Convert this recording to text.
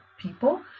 people